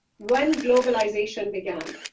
when globalization began,